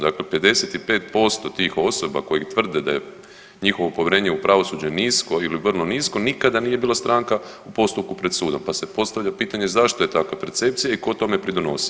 Dakle, 55% tih osoba koji tvrde da je njihovo povjerenje u pravosuđe nisko ili vrlo nisko nikada nije bila stranka u postupku pred sudom, pa se postavlja pitanje zašto je takva percepcija i tko tome pridonosi?